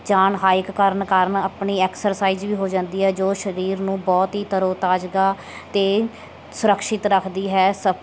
ਜਾਣ ਹਾਈਕ ਕਰਨ ਕਾਰਣ ਆਪਣੀ ਐਕਸਰਸਾਈਜ਼ ਵੀ ਹੋ ਜਾਂਦੀ ਹੈ ਜੋ ਸਰੀਰ ਨੂੰ ਬਹੁਤ ਹੀ ਤਰੋਤਾਜਗਾਹ ਅਤੇ ਸੁਰਕਸ਼ਿਤ ਰੱਖਦੀ ਹੈ ਸ